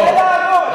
זה לעבוד.